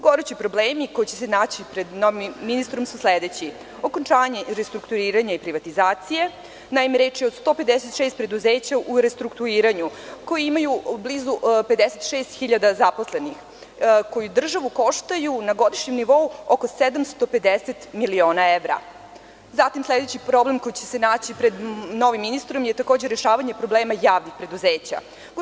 Gorući problemi koji će se naći pred ministrom su sledeći: okončanje i restrukturiranje privatizacije, naime reč je od 156 preduzeća u restrukturiranju koja imaju blizu 56.000 zaposlenih, koji državu koštaju na godišnjem nivou oko 750 miliona evra, zatim, sledeći problem koji će se naći pred novim ministrom je takođe rešavanje problema javnih preduzeća.